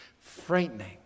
frightening